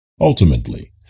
Ultimately